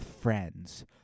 friends